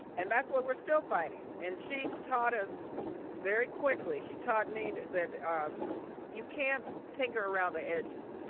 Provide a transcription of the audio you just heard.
and that's what we're still fighting. and she taught us very quickly. she taught me that um you can't tinker around the edges.